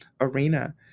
arena